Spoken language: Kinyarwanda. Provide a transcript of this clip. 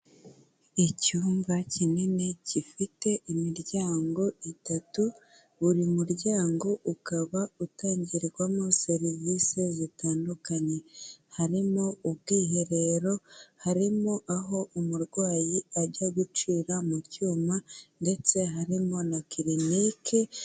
Icyumba kinini gifite imiryango itatu, buri muryango ukaba utangirwamo serivisi zitandukanye, harimo ubwiherero, harimo aho umurwayi ajya gucira mu cyuma, ndetse harimo na kirinike.